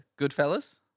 Goodfellas